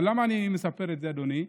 למה אני מספר את זה, אדוני?